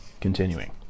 Continuing